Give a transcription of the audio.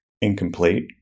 incomplete